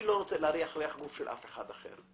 אני לא רוצה להריח ריח גוף של אף אחד אחר.